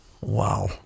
Wow